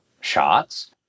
shots